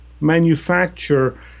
manufacture